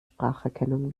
spracherkennung